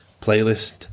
playlist